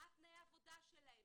מה תנאי העבודה שלהם?